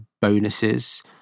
bonuses